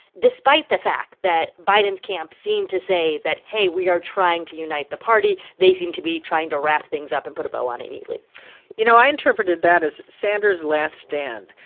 despite the fact that biden's camp seemed to say that, hey, we are trying to unite the party, they seemed to be trying to wrap things up and put a bow on it neatly you know, i interpreted that as sanders' last stand.